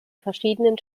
verschiedenen